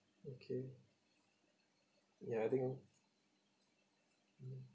okay ya I think mmhmm